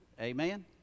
Amen